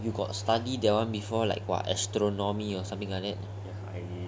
you got study that one before like !wah! astronomy or something like that